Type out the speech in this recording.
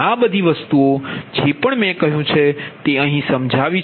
આ બધી વસ્તુઓ જે પણ મેં કહ્યું છે તે અહીં સમજાવી છે